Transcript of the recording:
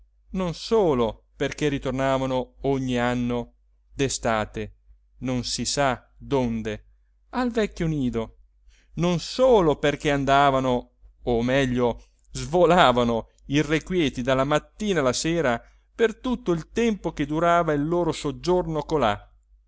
non solo perché ritornavano ogni anno d'estate non si sa donde al vecchio nido non solo perché andavano o meglio svolavano irrequieti dalla mattina alla sera per tutto il tempo che durava il loro soggiorno colà ma